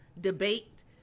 debate